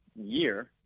year